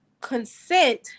consent